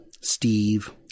Steve